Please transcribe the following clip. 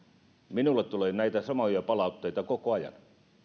minulle tulee näitä samoja palautteita koko ajan